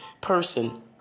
person